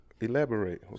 Elaborate